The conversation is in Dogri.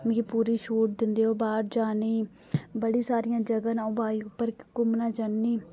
मिगी पूरी छूट दिंदे बाहर जाने गी बड़ी सारियां जगह ना अऊं बाइक उप्पर घूमना जन्नी